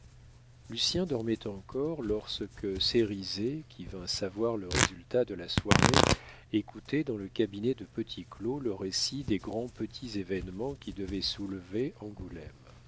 participation lucien dormait encore lorsque cérizet qui vint savoir le résultat de la soirée écoutait dans le cabinet de petit claud le récit des grands petits événements qui devaient soulever